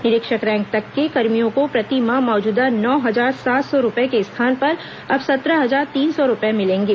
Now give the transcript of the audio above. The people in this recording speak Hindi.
निरीक्षक रैंक तक के कर्मियों को प्रतिमाह मौजूदा नौ हजार सात सौ रुपये के स्थान पर अब सत्रह हजार तीन सौ रुपये मिलेंगे